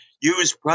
use